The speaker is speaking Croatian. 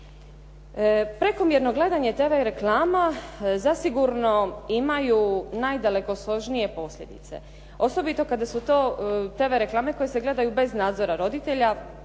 Prekomjerno gledanje TV reklama zasigurno imaju najdalekosežnije posljedice, osobito kada su to TV reklame koje se gledaju bez nadzora roditelja